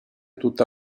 tutta